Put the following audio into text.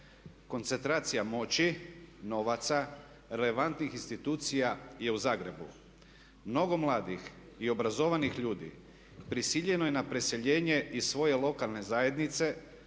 Koncentracija moći, novaca, relevantnih institucija je u Zagrebu. Mnogo mladih i obrazovanih ljudi prisiljeno je na preseljenje iz svoje lokalne zajednice